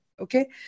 Okay